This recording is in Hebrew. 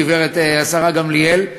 גברתי השרה גמליאל,